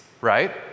right